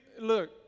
look